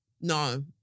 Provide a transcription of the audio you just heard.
No